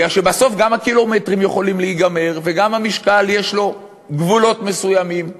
בגלל שבסוף גם הקילומטרים יכולים להיגמר וגם למשקל יש גבולות מסוימים.